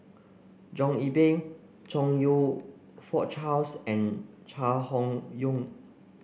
John Eber Chong You Fook Charles and Chai Hon Yoong